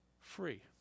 free